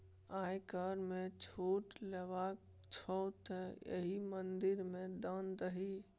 आयकर मे छूट लेबाक छौ तँ एहि मंदिर मे दान दही